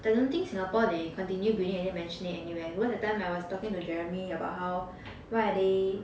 I don't think Singapore they continue building any maisonette anywhere because that time I was talking to jeremy about how why are they